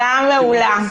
הצעה מעולה.